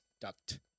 duct